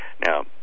Now